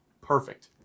perfect